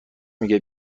میگه